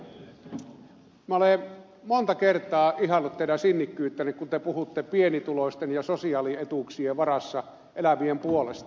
tennilä minä olen monta kertaa ihaillut teidän sinnikkyyttänne kun te puhutte pienituloisten ja sosiaalietuuksien varassa elävien puolesta